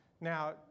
Now